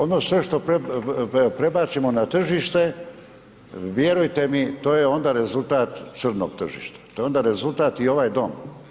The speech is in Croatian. Ono sve što prebacimo na tržište, vjerujte mi, to je onda rezultat crnog tržišta, to je onda rezultat i ovaj dom.